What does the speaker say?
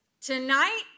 tonight